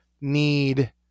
need